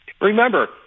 Remember